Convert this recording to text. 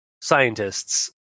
scientists